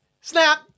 Snap